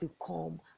become